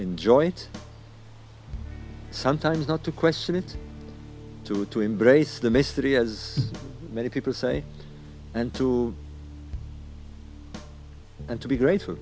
enjoy it sometimes not to question it to to embrace the mystery as many people say and to and to be grateful